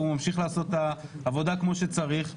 הוא ממשיך לעשות את העבודה כמו שצריך,